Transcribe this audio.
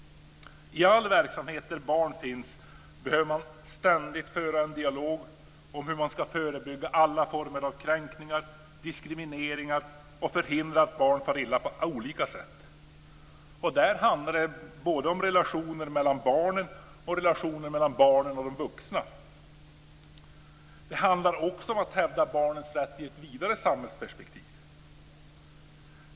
I all verksamhet där barn finns behöver man ständigt föra en dialog om hur man ska förebygga alla former av kränkning och diskriminering och förhindra att barn far illa på olika sätt. Där handlar det både om relationer mellan barnen och relationer mellan barnen och de vuxna. Det handlar också om att hävda barnens rätt i ett vidare samhällsperspektiv.